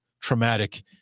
traumatic